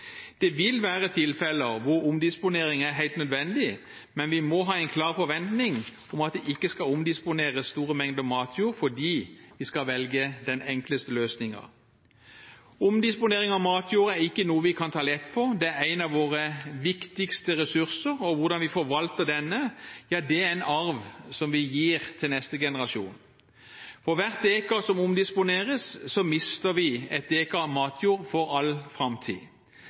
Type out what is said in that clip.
Det vil være tilfeller hvor omdisponering er helt nødvendig, men vi må ha en klar forventning om at det ikke skal omdisponeres store mengder matjord fordi vi skal velge den enkleste løsningen. Omdisponering av matjord er ikke noe vi kan ta lett på. Det er en av våre viktigste ressurser, og hvordan vi forvalter denne, er en arv som vi gir til neste generasjon. For hvert dekar som omdisponeres, mister vi 1 dekar matjord for all framtid.